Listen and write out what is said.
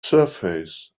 surface